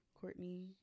Courtney